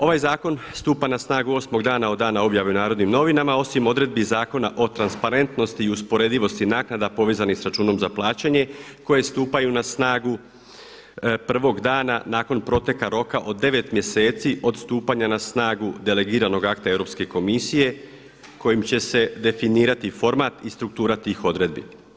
Ovaj zakon stupa na snagu 8 dana od dana objave u Narodnim novinama, osim odredbi Zakona o transparentnosti i usporedivosti naknada povezanih sa računom za plaćanje koje stupaju na snagu prvog dana nakon proteka roka od 9 mjeseci od stupanja na snagu delegiranog akta Europske komisije kojim će se definirati format i struktura tih odredbi.